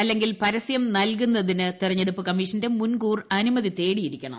അല്ലെങ്കിൽ പരസ്യം നൽകുന്നതിന് തെരഞ്ഞെടുപ്പ് കമ്മീഷന്റെ മുൻകൂർ അനുമതി തേടിയിരിക്കണം